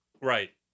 right